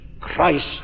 Christ